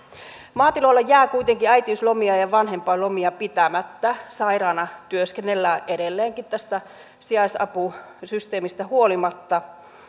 maatiloilla jää kuitenkin äitiyslomia ja vanhempainlomia pitämättä sairaana työskennellään edelleenkin tästä sijaisapusysteemistä huolimatta